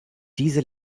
diese